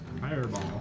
Fireball